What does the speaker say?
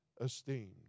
esteemed